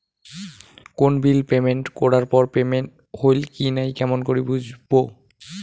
কোনো bill payment করার পর পেমেন্ট হইল কি নাই কেমন করি বুঝবো?